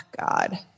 god